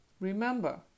Remember